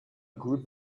group